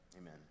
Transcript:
Amen